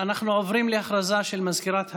אנחנו עוברים להודעה של מזכירת הכנסת,